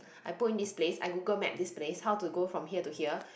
I put in this place I Google map this place how to go from here to here